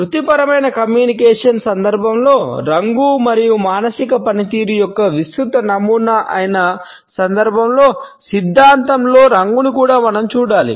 వృత్తిపరమైన కమ్యూనికేషన్ సందర్భంలో రంగు మరియు మానసిక పనితీరు యొక్క విస్తృత నమూనా అయిన సందర్భ సిద్ధాంతంలో రంగును కూడా మనం చూడాలి